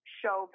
show